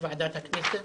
ועדת הכנסת,